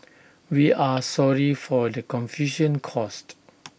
we are sorry for the confusion caused